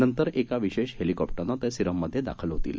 नंतर एका विशेष हेलिकॉप्टरने ते सिरममध्ये दाखल होतील